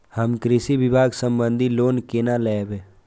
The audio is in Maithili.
हम कृषि विभाग संबंधी लोन केना लैब?